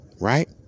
Right